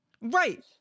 Right